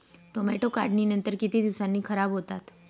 Tomato काढणीनंतर किती दिवसांनी खराब होतात?